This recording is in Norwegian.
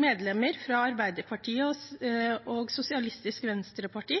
medlemmer fra Arbeiderpartiet og Sosialistisk Venstreparti